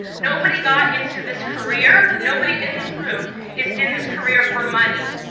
nobody got into this career, nobody in this room is in this career for money.